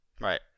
right